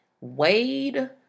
Wade